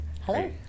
Hello